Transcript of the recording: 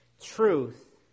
Truth